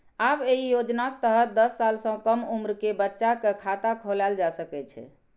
आब एहि योजनाक तहत दस साल सं कम उम्र के बच्चा के खाता खोलाएल जा सकै छै